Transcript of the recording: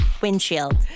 windshield